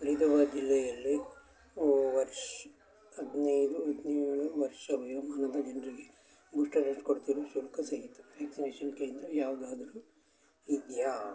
ಫರೀದಾಬಾದ್ ಜಿಲ್ಲೆಯಲ್ಲಿ ವರ್ಷ ಹದಿನೈದು ಹದಿನೇಳು ವರ್ಷ ವಯೋಮಾನದ ಜನರಿಗೆ ಬೂಸ್ಟರ್ ಡೋಸ್ ಕೊಡ್ತಿರೋ ಶುಲ್ಕ ಸಹಿತ ವ್ಯಾಕ್ಸಿನೇಷನ್ ಕೇಂದ್ರ ಯಾವುದಾದ್ರೂ ಇದೆಯಾ